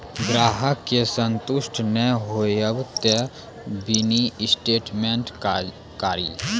ग्राहक के संतुष्ट ने होयब ते मिनि स्टेटमेन कारी?